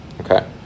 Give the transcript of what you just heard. Okay